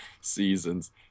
seasons